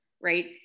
right